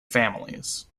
families